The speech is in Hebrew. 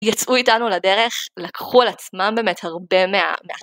יצאו איתנו לדרך, לקחו על עצמם באמת הרבה מה...